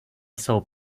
jsou